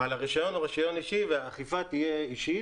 אבל הרישיון הוא רישיון אישי והאכיפה תהיה אישית.